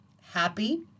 happy